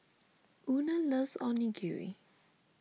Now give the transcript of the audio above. Una loves Onigiri